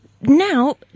now